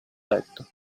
letto